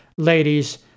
ladies